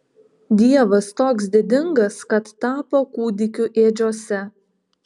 dievas toks didingas kad tapo kūdikiu ėdžiose